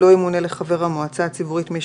"לא ימונה לחבר המועצה הציבורית מי